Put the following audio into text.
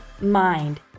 Mind